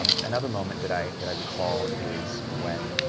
another moment that i that i recall is when